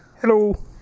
Hello